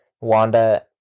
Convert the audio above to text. Wanda